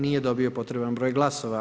Nije dobio potreban broj glasova.